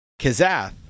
Kazath